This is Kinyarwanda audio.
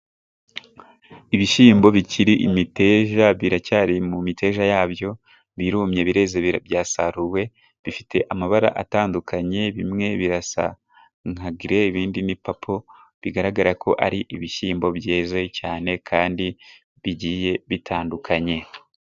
Ibishyimbo bikiri imiteja biracyari mu miteja yabyo birumye, bireze byasaruwe bifite amabara atandukanye bimwe birasa nka Gire ibindi ni Papo bigaragara ko ari ibishyimbo byeze cyane kandi bigiye bitandukanye.